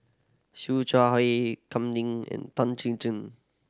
Siew Shaw Her Kam Ning and Tan Chin Chin